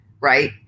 Right